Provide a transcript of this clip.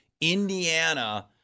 Indiana